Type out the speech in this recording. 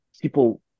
people